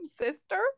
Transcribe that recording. sister